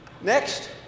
Next